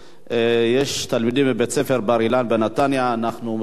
אנחנו מברכים אותם, ברוכים הבאים למשכן הכנסת.